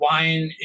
Wine